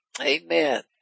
amen